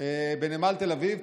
בנמל תל אביב.